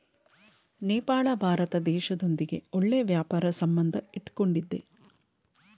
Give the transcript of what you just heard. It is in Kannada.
ನೇಪಾಳ ಭಾರತ ದೇಶದೊಂದಿಗೆ ಒಳ್ಳೆ ವ್ಯಾಪಾರ ಸಂಬಂಧ ಇಟ್ಕೊಂಡಿದ್ದೆ